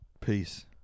Peace